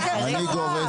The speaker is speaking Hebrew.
זה לא אותו הסכם שכר.